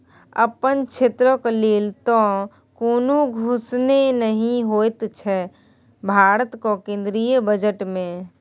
अपन क्षेत्रक लेल तँ कोनो घोषणे नहि होएत छै भारतक केंद्रीय बजट मे